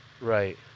Right